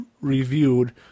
reviewed